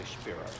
spirit